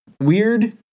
Weird